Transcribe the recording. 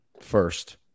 first